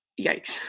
yikes